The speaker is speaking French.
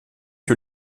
que